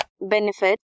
benefit